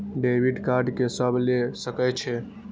Debit card के सब ले सके छै?